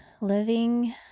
Living